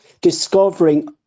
discovering